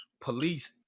Police